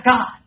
God